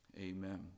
Amen